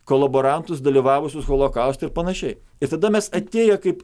kolaborantus dalyvavusius holokauste ir panašiai ir tada mes atėję kaip